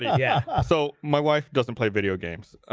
yeah, ah so my wife doesn't play video games.